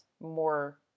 more